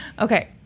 Okay